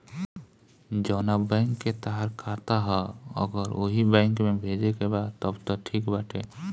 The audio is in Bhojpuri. जवना बैंक के तोहार खाता ह अगर ओही बैंक में भेजे के बा तब त ठीक बाटे